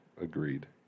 Agreed